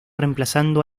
reemplazando